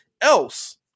else